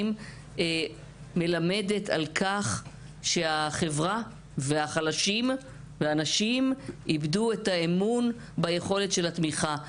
מלמדת על כך שהחברה והחלשים והנשים איבדו את האמון ביכולת של התמיכה.